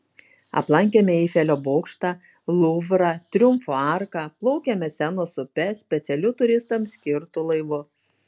aplankėme eifelio bokštą luvrą triumfo arką plaukėme senos upe specialiu turistams skirtu laivu